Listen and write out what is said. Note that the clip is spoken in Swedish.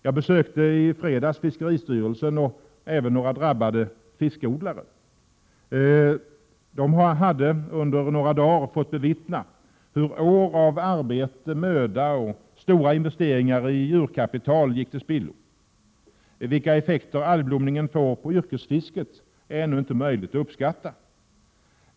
Jag besökte i fredags fiskeristyrelsen och även några drabbade fiskodlare. De hade under några dagar fått bevittna hur år av arbete, möda och stora investeringar i djurkapital gick till spillo. Vilka effekter algblomningen får på yrkesfisket är ännu inte möjligt att uppskatta.